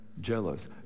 jealous